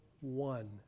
one